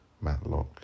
Matlock